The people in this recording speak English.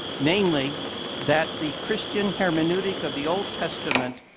namely that the christian hermeneutic of the old testament,